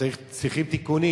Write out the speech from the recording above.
שצריכות תיקונים.